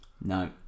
No